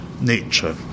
Nature